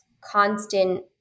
constant